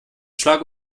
schlag